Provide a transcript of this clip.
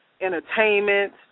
entertainment